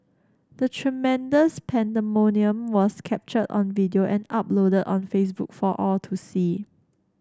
the tremendous pandemonium was captured on video and uploaded on Facebook for all to see